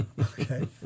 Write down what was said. okay